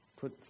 Put